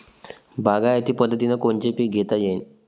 बागायती पद्धतीनं कोनचे पीक घेता येईन?